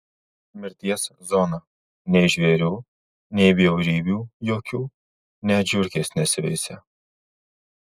mirties zona nei žvėrių nei bjaurybių jokių net žiurkės nesiveisia